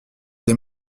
des